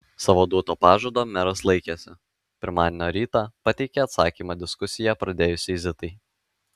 savo duoto pažado meras laikėsi pirmadienio rytą pateikė atsakymą diskusiją pradėjusiai zitai